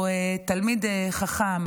או: תלמיד חכם,